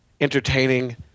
entertaining